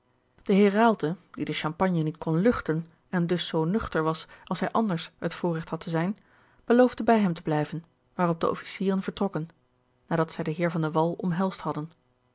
de heer raalte die den champagne niet kon luchten en dus zoo nuchter was als hij anders het voorregt had te zijn beloofde bij hem te blijven waarop de officieren vertrokken nadat zij den heer van de wall omhelsd hadden